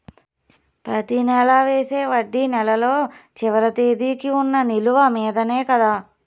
ప్రతి నెల వేసే వడ్డీ నెలలో చివరి తేదీకి వున్న నిలువ మీదనే కదా?